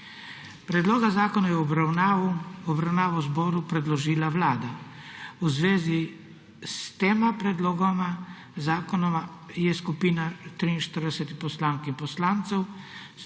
Predloga zakonov je v obravnavo Državnemu zboru predložila Vlada. V zvezi s tema predlogoma zakonov je skupina 43 poslank in poslancev